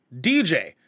DJ